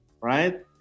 right